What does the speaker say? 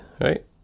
right